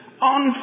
on